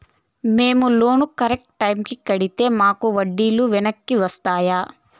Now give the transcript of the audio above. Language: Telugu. మేము లోను కరెక్టు టైముకి కట్టితే మాకు వడ్డీ లు వెనక్కి వస్తాయా?